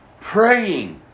praying